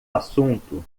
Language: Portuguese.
assunto